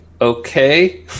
okay